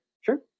sure